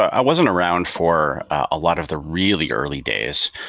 i wasn't around for a lot of the really early days.